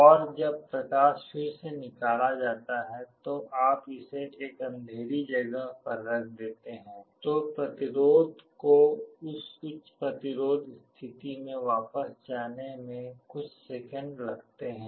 और जब प्रकाश फिर से निकाला जाता है तो आप इसे एक अंधेरी जगह पर रख देते हैं तो प्रतिरोध को उस उच्च प्रतिरोध स्थिति में वापस जाने में कुछ सेकंड लग सकते हैं